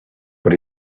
but